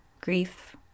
grief